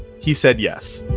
he said yes.